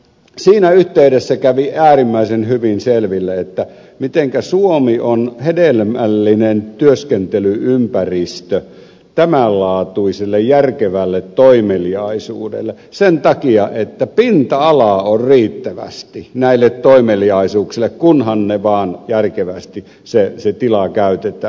siinä yhteydessä kävi äärimmäisen hyvin selville mitenkä suomi on hedelmällinen työskentely ympäristö tämän laatuiselle järkevälle toimeliaisuudelle sen takia että pinta alaa on riittävästi näille toimeliaisuuksille kunhan vaan järkevästi se tila käytetään